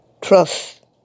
Trust